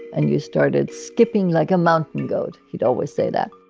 and you started skipping like a mountain goat. he'd always say that